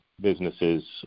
businesses